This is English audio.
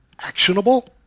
actionable